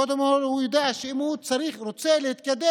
קודם כול, הוא יודע שאם הוא רוצה להתקדם